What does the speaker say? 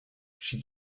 she